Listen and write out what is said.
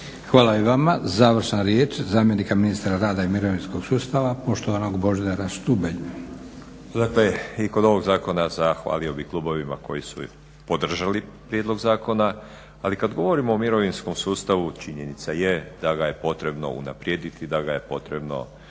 Hvala i vama. Završna riječ zamjenika ministra rada i mirovinskog sustava, poštovanog Božidara Štubelj.